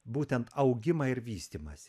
būtent augimą ir vystymąsi